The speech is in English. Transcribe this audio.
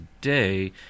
today